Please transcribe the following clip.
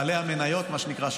בעלי המניות מה שנקרא,